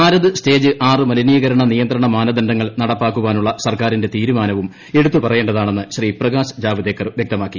Bharat stage ് മല്ലിനീകരണ നിയന്ത്രണ മാനദണ്ഡങ്ങൾ നടപ്പാക്കാനുള്ള സർക്കാരിൻറെ തീരുമാനവും എടുത്തു പറയേണ്ടതാണ്ണ് ശ്രീ പ്രകാശ് ജാവ്ദേക്കർ വ്യക്തമാക്കി